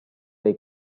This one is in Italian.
dai